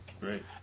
Great